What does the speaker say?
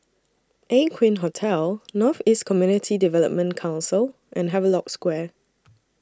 Aqueen Hotel North East Community Development Council and Havelock Square